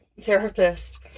therapist